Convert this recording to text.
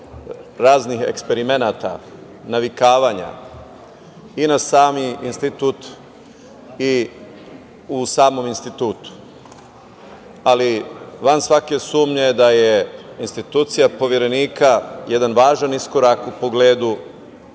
raznih eksperimenata, navikavanja i na sami institut i u samom institutu. Ali, van svake sumnje da je institucija Poverenika jedan važan iskorak u pogledu